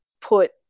put